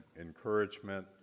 encouragement